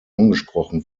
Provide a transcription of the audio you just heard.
angesprochen